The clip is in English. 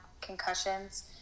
concussions